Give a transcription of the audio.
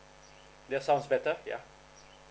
that sounds better ya